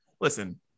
listen